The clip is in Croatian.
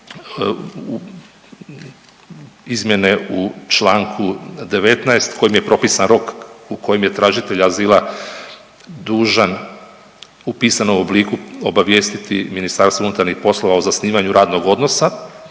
izmjene u čl. 19. kojim je propisan rok u kojem je tražitelj azila dužan u pisanom obliku obavijestiti MUP o zasnivanju radnog odnosa